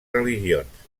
religions